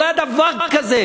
לא היה דבר כזה.